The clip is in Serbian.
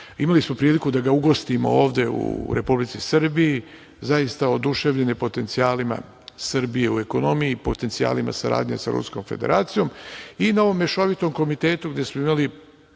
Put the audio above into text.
imali smo priliku da ga ugostimo ovde u Republici Srbiji. Zaista, oduševljen je potencijalima Srbije u ekonomiji i potencijalima saradnje sa Ruskom Federacijom i na ovom Mešovitom komitetu gde smo imali